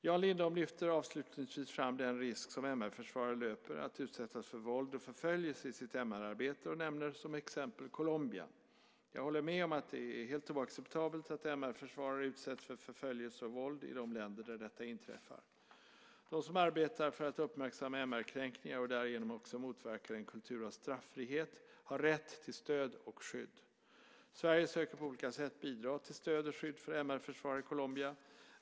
Jan Lindholm lyfter avslutningsvis fram den risk som MR-försvarare löper att utsättas för våld och förföljelse i sitt MR-arbete och nämner som ett exempel Colombia. Jag håller med om att det är helt oacceptabelt att MR-försvarare utsätts för förföljelse och våld i de länder där detta inträffar. De som arbetar för att uppmärksamma MR-kränkningar och därigenom också motverkar en kultur av straffrihet har rätt till stöd och skydd. Sverige söker på olika sätt bidra till stöd och skydd för MR-försvarare i Colombia.